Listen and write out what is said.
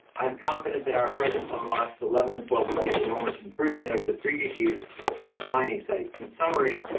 i'm confident that our presence on lots eleven and twelve will be an enormous improvement over the previous use as a mining site. in summary,